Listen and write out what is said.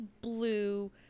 blue